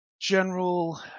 general